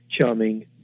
charming